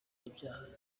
ibyaha